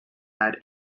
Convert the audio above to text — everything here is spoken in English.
had